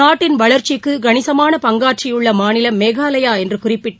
நாட்டின் வளர்ச்சிக்கு கணிசமான பங்காற்றியுள்ள மாநிலம் மேகாலயா என்று குறிப்பிட்டு